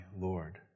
Lord